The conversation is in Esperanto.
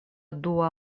dua